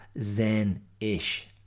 zen-ish